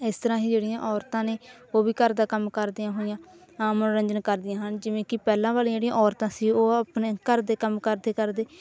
ਇਸ ਤਰ੍ਹਾਂ ਹੀ ਜਿਹੜੀਆਂ ਔਰਤਾਂ ਨੇ ਉਹ ਵੀ ਘਰ ਦਾ ਕੰਮ ਕਰਦੀਆਂ ਹੋਈਆਂ ਮਨੋਰੰਜਨ ਕਰਦੀਆਂ ਹਨ ਜਿਵੇਂ ਕਿ ਪਹਿਲਾਂ ਵਾਲੀਆਂ ਜਿਹੜੀਆਂ ਔਰਤਾਂ ਸੀ ਉਹ ਆਪਣੇ ਘਰ ਦੇ ਕੰਮ ਕਰਦੇ ਕਰਦੇ